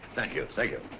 thank you, thank you.